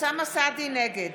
נגד